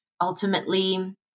ultimately